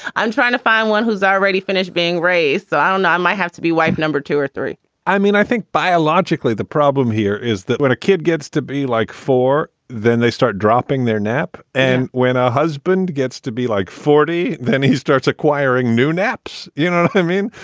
i'm trying to find one who's already finished being raised. so i and i might have to be wife number two or three i mean, i think biologically the problem here is that when a kid gets to be like four, then they start dropping their nap. and when a husband gets to be like forty, then he starts acquiring new naps. you know, i mean,